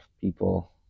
people